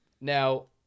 Now